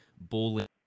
bullying